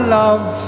love